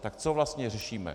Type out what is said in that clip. Tak co vlastně řešíme?